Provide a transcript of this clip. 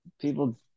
people